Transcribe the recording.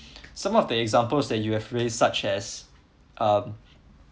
some of the examples that you have raised such as um